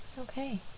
okay